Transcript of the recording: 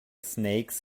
snakes